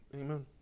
amen